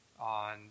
on